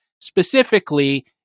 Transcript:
Specifically